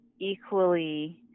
equally